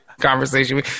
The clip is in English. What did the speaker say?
Conversation